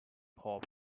hop